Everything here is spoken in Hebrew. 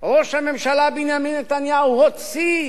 ראש הממשלה בנימין נתניהו הוציא,